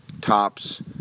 tops